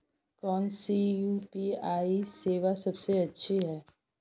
कौन सी यू.पी.आई सेवा सबसे अच्छी है?